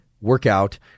workout